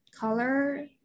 color